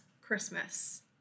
Christmas